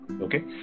Okay